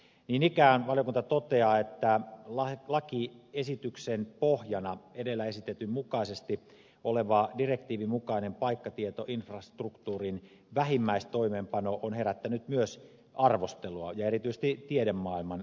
niin ikään valiokunta toteaa että lakiesityksen pohjana edellä esitetyn mukaisesti oleva direktiivin mukainen paikkatietoinfrastruktuurin vähimmäistoimeenpano on herättänyt myös arvostelua erityisesti tiedemaailman arvostelua